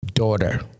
Daughter